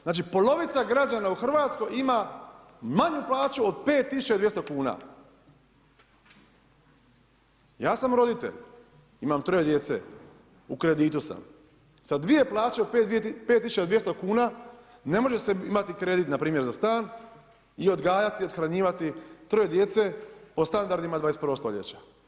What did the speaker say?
Znači polovica građana u Hrvatskoj ima manju plaću od 5200 kuna. ja sam roditelj, imam troje djece, u kreditu sam, sa dvije plaće od 5200 kuna ne može se imati kredit npr. za stan i odgajati, othranjivati troje djece po standardima 21. stoljeća.